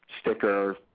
sticker